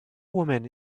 woman